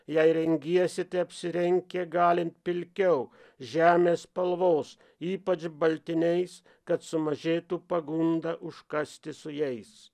jei rengiesi tai apsirenk kiek galint pilkiau žemės spalvos ypač baltiniais kad sumažėtų pagunda užkasti su jais